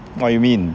what you mean